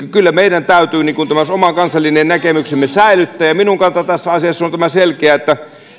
kyllä meidän täytyy tämä oma kansallinen näkemyksemme säilyttää ja ja minun kantani tässä asiassa on selkeä että